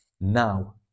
now